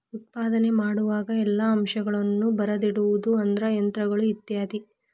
ಉತ್ಪಾದನೆ ಮಾಡುವಾಗ ಎಲ್ಲಾ ಅಂಶಗಳನ್ನ ಬರದಿಡುದು ಅಂದ್ರ ಯಂತ್ರಗಳು ಇತ್ಯಾದಿ